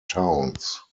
towns